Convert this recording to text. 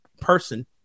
person